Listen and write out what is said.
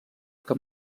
que